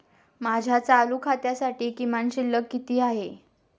माझ्या चालू खात्यासाठी किमान शिल्लक किती आहे?